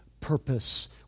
purpose